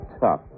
tough